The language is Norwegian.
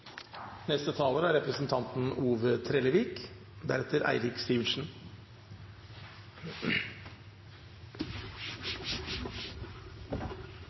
Neste taler er representanten Erlend Larsen, Høyre, deretter